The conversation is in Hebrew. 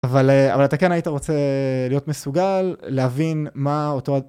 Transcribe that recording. אבל אתה כן היית רוצה להיות מסוגל להבין מה אותו.